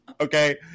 Okay